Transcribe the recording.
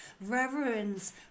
reverence